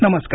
नमस्कार